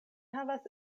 havas